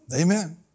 Amen